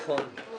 נכון.